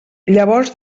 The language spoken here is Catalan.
llavors